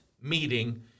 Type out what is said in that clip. meeting